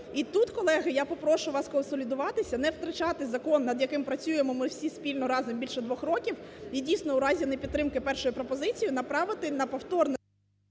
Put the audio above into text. І тут, колеги, я попрошу вас сконсолідуватися, не втрачати закон, над яким працюємо ми всі спільно разом більше двох років. І, дійсно, в разі непідтримки першої пропозиції направити на повторне